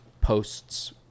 posts